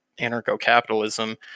anarcho-capitalism